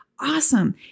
Awesome